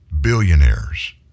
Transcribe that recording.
billionaires